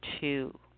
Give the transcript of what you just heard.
two